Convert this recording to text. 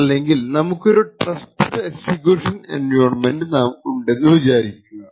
അല്ലെങ്കിൽ നമുക്കൊരു trusted execution environment ഉണ്ടെന്നു വിചാരിക്കുക